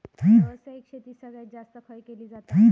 व्यावसायिक शेती सगळ्यात जास्त खय केली जाता?